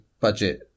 budget